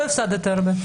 לא הפסדת הרבה.